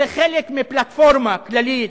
זה חלק מפלטפורמה כללית,